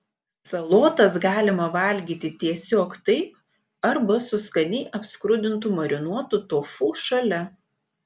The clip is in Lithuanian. salotas galima valgyti tiesiog taip arba su skaniai apskrudintu marinuotu tofu šalia